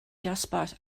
dosbarth